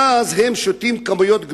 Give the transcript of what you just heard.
ואז הם שותים כמויות גדולות.